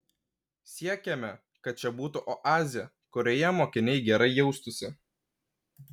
siekiame kad čia būtų oazė kurioje mokiniai gerai jaustųsi